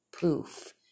poof